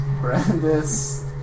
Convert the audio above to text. Brandis